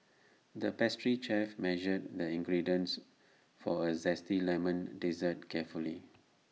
the pastry chef measured the ingredients for A Zesty Lemon Dessert carefully